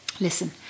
listen